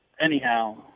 anyhow